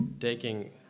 taking